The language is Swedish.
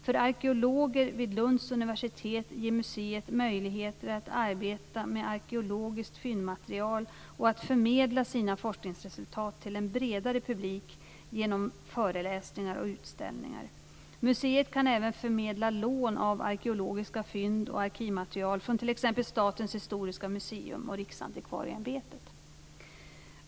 För arkeologer vid Lunds universitet ger museet möjligheter att arbeta med arkeologiskt fyndmaterial och att förmedla sina forskningsresultat till en bredare publik genom föreläsningar och utställningar. Museet kan även förmedla lån av arkeologiska fynd och arkivmaterial från t.ex. Statens historiska museum och Riksantikvarieämbetet.